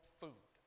food